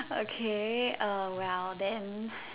okay uh well then